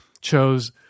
chose